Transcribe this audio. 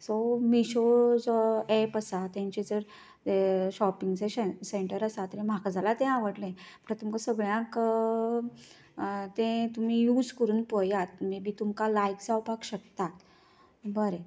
so Meesho जो app आसा तांचें जर शोपींगचे सें सेंटर आसा तर म्हाका जाल्यार तें आवडलें तुमकां सगल्यांक तें तुमी यूज करून पयात मे बी तुमकां लायक जावपाक शकता बरें